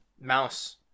mouse